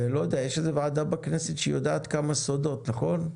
יש ועדה בכנסת שיודעת כמה סודות, נכון?